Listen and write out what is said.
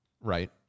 Right